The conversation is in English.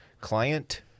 Client